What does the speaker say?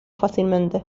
fácilmente